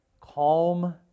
calm